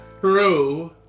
True